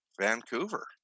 Vancouver